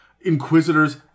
inquisitors